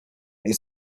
they